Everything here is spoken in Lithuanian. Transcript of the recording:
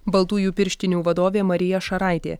baltųjų pirštinių vadovė marija šaraitė